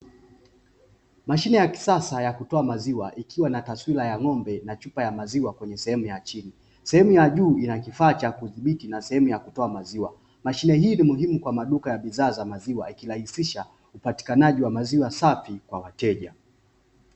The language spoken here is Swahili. Mashine ya kisasa ya kutoa maziwa ikiwa na taswira ya ng'ombe na chupa ya maziwa kwenye sehemu ya chini, sehemu ya juu inakifaa cha kudhibiti na sehemu ya kutoa maziwa. Mashine hii ni muhimu kwa maduka ya bidhaa za maziwa ikirahisisha upatikanaji wa maziwa safi kwa wateja.